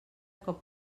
cop